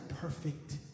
perfect